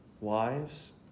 wives